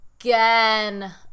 again